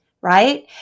right